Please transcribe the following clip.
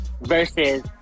versus